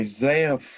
Isaiah